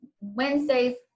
Wednesdays